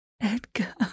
Edgar